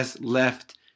left